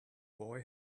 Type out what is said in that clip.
boy